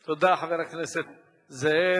תודה, חבר הכנסת זאב.